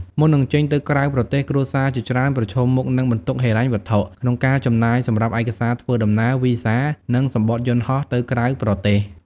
មុននឹងចេញទៅក្រៅប្រទេស គ្រួសារជាច្រើនប្រឈមមុខនឹងបន្ទុកហិរញ្ញវត្ថុ ក្នុងការចំណាយសម្រាប់ឯកសារធ្វើដំណើរ វីសា និងសំបុត្រយន្តហោះទៅក្រៅប្រទេស។